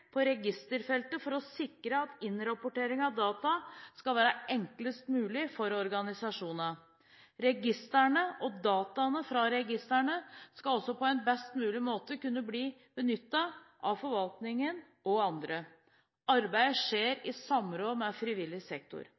på registerfeltet for å sikre at innrapportering av data skal være enklest mulig for organisasjonene. Registrene og dataene fra registrene skal også på en best mulig måte kunne bli benyttet av forvaltningen og andre. Arbeidet skjer i samråd med frivillig sektor.